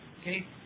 Okay